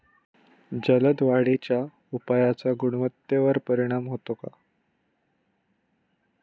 जलद वाढीच्या उपायाचा गुणवत्तेवर परिणाम होतो का?